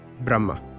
Brahma